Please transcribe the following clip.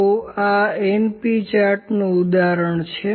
તો આ np ચાર્ટનું ઉદાહરણ છે